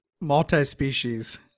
multi-species